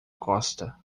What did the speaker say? costa